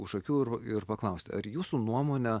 už akių ir ir paklaust ar jūsų nuomone